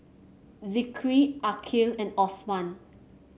Zikri Aqil and Osman